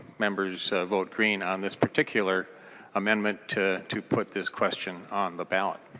members vote green on this particular amendment to to put this question on the ballot.